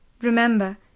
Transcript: Remember